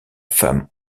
femme